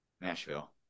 Nashville